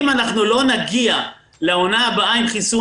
אם אנחנו לא נגיע לעונה הבאה עם חיסון